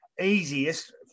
easiest